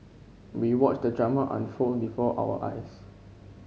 we watched the drama unfold before our eyes